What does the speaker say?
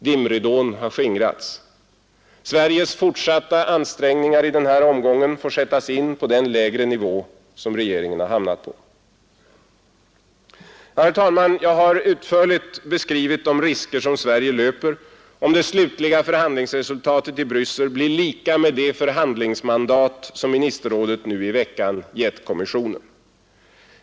Dimridån har skingrats. Sveriges fortsatta ansträngningar i denna omgång får sättas in på den lägre nivå som regeringen hamnat på. Herr talman! Jag har utförligt beskrivit de risker som Sverige löper om det slutliga förhandlingsresultatet i Bryssel blir lika med det förhandlingsmandat som ministerrådet nu i veckan gett kommissionen.